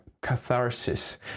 catharsis